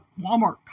Walmart